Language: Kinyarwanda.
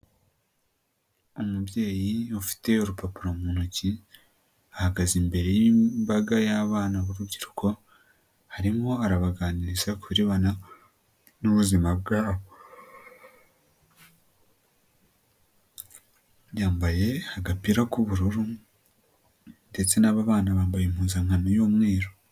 Umubyeyi ufite urupapuro mu intoki ahagaze imbere y'imbaga y'abana b'urubyiruko, arimo arabaganiriza kubirebana nabo, yambaye agapira k'ubururu, impuzankano y'umweru.